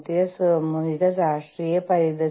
പുതിയ വിപണികൾക്കായി തിരയുകയാണ് മറ്റൊന്ന്